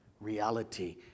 reality